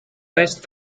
best